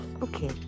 okay